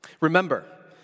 Remember